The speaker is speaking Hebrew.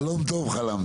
חלום טוב חלמת.